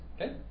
Okay